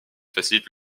facilite